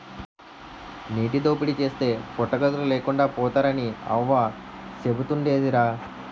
నీటి దోపిడీ చేస్తే పుట్టగతులు లేకుండా పోతారని అవ్వ సెబుతుండేదిరా